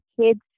kids